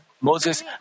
Moses